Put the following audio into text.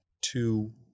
two